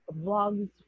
vlogs